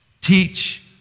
Teach